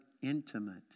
intimate